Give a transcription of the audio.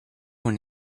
when